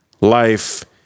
life